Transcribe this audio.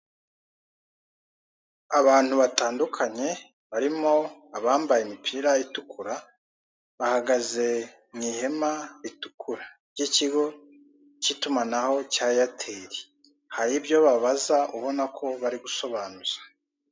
Abantu batandukanye barimo abambaye imipira itukura bahagaze mu ihema ritukura ry'ikigo cy'itumanaho cya airtel, hari ibyo babaza ubona ko bari gusobanuza.